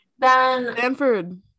Stanford